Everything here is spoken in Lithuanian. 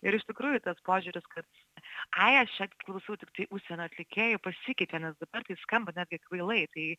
ir iš tikrųjų tas požiūris kad ai aš čia klausau tiktai užsienio atlikėjų pasikeitė nes dabar tai skamba netgi kvailai tai